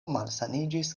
malsaniĝis